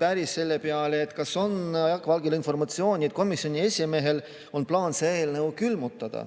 päris selle peale, kas Jaak Valgel on informatsiooni, et komisjoni esimehel on plaan see eelnõu külmutada.